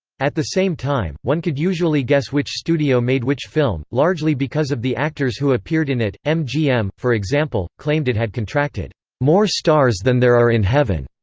at the same time, one could usually guess which studio made which film, largely because of the actors who appeared in it mgm, for example, claimed it had contracted more stars than there are in heaven.